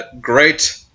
great